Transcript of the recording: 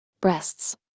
Breasts